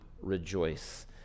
rejoice